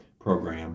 Program